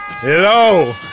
Hello